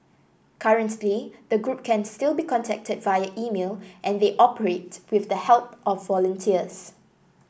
currently the group can still be contacted via email and they operate with the help of volunteers